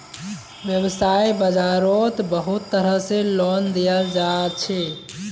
वैव्साय बाजारोत बहुत तरह से लोन दियाल जाछे